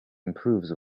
improves